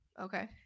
Okay